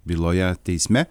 byloje teisme